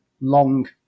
long